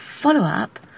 follow-up